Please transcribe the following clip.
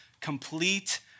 complete